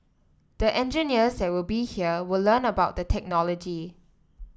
the engineers that will be here will learn about the technology